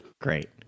Great